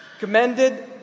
commended